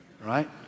right